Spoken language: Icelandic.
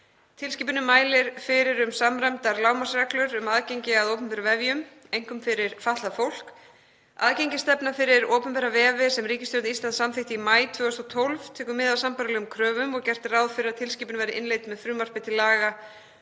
Tilskipunin mælir fyrir um samræmdar lágmarksreglur um aðgengi að opinberum vefjum, einkum fyrir fatlað fólk. Aðgengisstefna fyrir opinbera vefi sem ríkisstjórn Íslands samþykkti í maí 2012 tekur mið af sambærilegum kröfum. Gert er ráð fyrir að tilskipunin verði innleidd með frumvarpi til laga